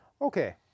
Okay